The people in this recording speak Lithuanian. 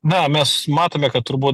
na mes matome kad turbūt